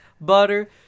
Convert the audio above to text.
butter